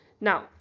Now